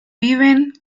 viven